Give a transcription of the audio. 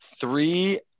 Three